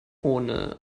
ohne